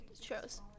shows